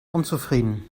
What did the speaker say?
unzufrieden